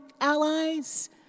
allies